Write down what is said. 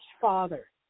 father